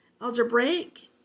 Algebraic